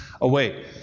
away